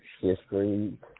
history